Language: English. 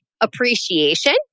appreciation